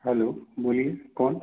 hello बोलिए कौन